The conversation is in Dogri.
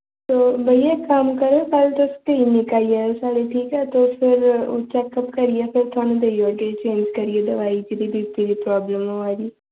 भइया इक कम्म करो साढ़ै कलिनिक आई जाओ तुस ठीक ऐ तुस चैकअप करियै ते फिर देई ओड़गे चेज़ करियै दोआई जेह्ड़ी बी पी दी प्रावल्म होआ दी